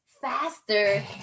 faster